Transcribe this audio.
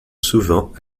souvent